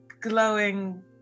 glowing